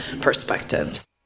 perspectives